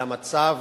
על המצב.